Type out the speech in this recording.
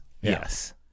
yes